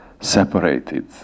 separated